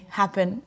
happen